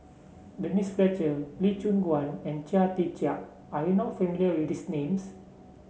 Denise Fletcher Lee Choon Guan and Chia Tee Chiak are you not familiar with these names